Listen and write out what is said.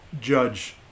judge